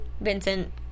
Vincent